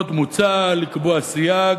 עוד מוצע לקבוע סייג,